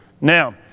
Now